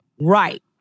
Right